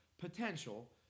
potential